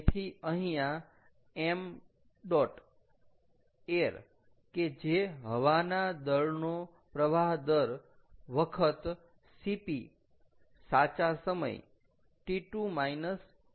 તેથી અહીંયા 𝑚̇ air કે જે હવાના દળનો પ્રવાહ દર વખત Cp સાચા સમય T2 - T1